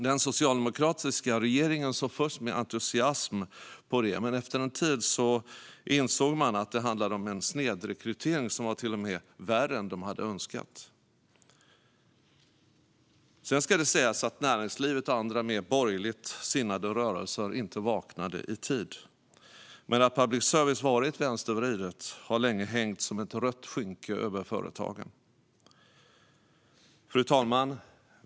Den socialdemokratiska regeringen såg först med entusiasm på det, men efter en tid insåg man att det handlade om en snedrekrytering som till och med var värre än man hade önskat. Sedan ska det sägas att näringslivet och andra mer borgerligt sinnade rörelser inte vaknade i tid. Men att public service varit vänstervriden har länge hängt som ett rött skynke över företagen. Fru talman!